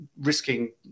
risking